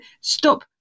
stop